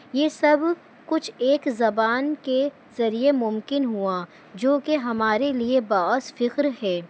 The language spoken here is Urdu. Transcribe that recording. یہ سب کچھ ایک زبان کے ذریعے ممکن ہوا جو کہ ہمارے لیے باعث فکر ہے